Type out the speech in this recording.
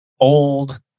old